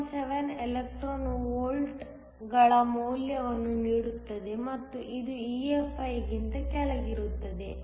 417 electron ವೋಲ್ಟ್ಗಳ ಮೌಲ್ಯವನ್ನು ನೀಡುತ್ತದೆ ಮತ್ತು ಇದು EFi ಗಿಂತ ಕೆಳಗಿರುತ್ತದೆ